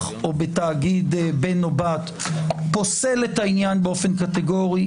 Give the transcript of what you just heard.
או בתאגיד בן או בת פוסל את העניין באופן קטגורי.